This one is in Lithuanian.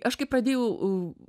aš kai pradėjau